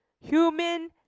human